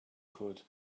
could